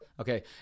Okay